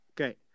Okay